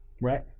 Right